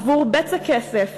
עבור בצע כסף,